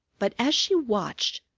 but as she watched,